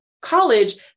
college